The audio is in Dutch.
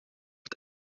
het